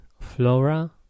Flora